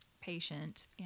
patient